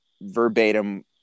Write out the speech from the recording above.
verbatim